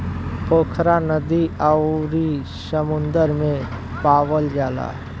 पोखरा नदी अउरी समुंदर में पावल जाला